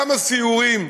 כמה סיורים.